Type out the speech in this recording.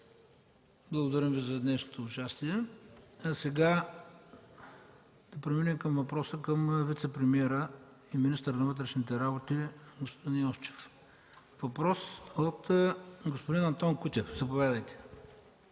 Благодарим Ви за днешното участие. Сега да преминем на въпроса към вицепремиера и министър на вътрешните работи господин Йовчев. Въпрос от господин Антон Кутев относно